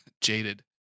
jaded